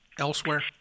elsewhere